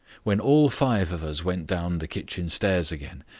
when all five of us went down the kitchen stairs again,